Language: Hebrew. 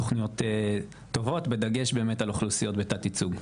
תכניות טובות בדגש על אוכלוסיות בתת ייצוג.